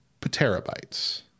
petabytes